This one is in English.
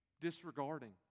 disregarding